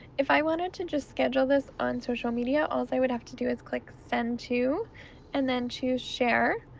if i wanted to just schedule this on social media alls i would have to do is click send to and then choose share.